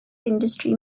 industry